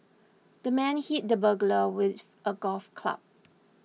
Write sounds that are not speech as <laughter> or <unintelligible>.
the man hit the burglar with <unintelligible> a golf club